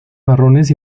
marrones